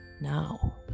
now